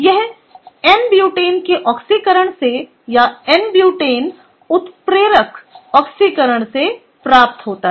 यह n butane के ऑक्सीकरण से या n ब्यूटेन उत्प्रेरक ऑक्सीकरण से प्राप्त होता है